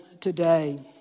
today